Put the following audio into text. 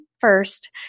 first